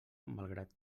malgrat